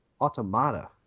Automata